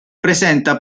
presenta